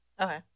Okay